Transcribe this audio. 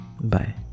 Bye